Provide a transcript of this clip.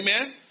Amen